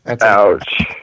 Ouch